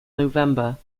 november